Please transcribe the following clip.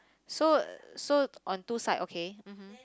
so uh so on two side okay mmhmm